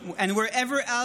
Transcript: head.